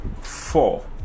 four